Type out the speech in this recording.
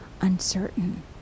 uncertain